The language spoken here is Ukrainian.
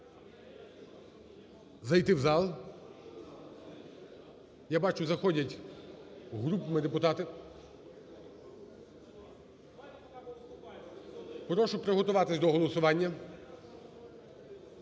зайти в зал, я бачу заходять групами депутати. Прошу приготуватись до голосування.